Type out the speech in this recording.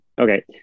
Okay